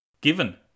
Given